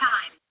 Time